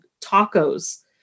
tacos